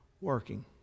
working